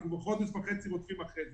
אנחנו כבר חודש וחצי רודפים אחרי זה.